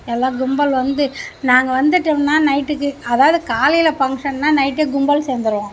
எல்லா கும்பல் வந்து நாங்கள் வந்துவிட்டோம்ன்னா நைட்டுக்கு அதாவது காலையில் ஃபங்க்ஷன்னால் நைட்டே கும்பல் சேர்ந்துருவோம்